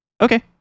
Okay